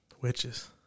Witches